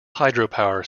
hydropower